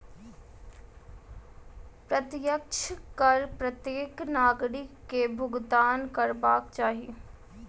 प्रत्यक्ष कर प्रत्येक नागरिक के भुगतान करबाक चाही